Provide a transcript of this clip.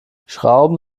schrauben